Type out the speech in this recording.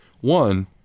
one